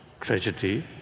tragedy